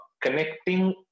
connecting